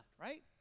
right